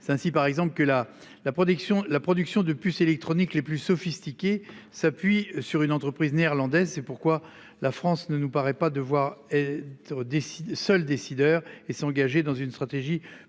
C'est ainsi par exemple que la la production, la production de puces électroniques les plus sophistiqués s'appuie sur une entreprise néerlandaise. C'est pourquoi la France ne nous paraît pas devoir et. Décider seul décideur et s'engager dans une stratégie